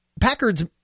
Packard's